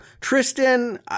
Tristan